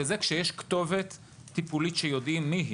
וזה כשיש כתובת טיפולית שיודעים מהי.